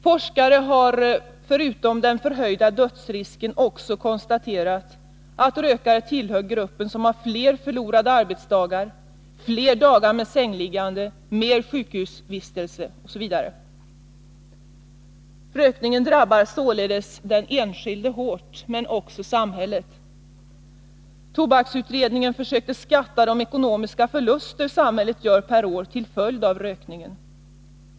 Forskare har förutom den förhöjda dödsrisken också konstaterat att rökare tillhör den grupp som har fler förlorade arbetsdagar, fler dagar med sängliggande, mer sjukhusvistelse, osv. Rökningen drabbar således den enskilde hårt, liksom också samhället. Tobaksutredningen försökte skatta de ekonomiska förluster samhället gör per år till följd av rökningen.